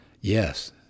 Yes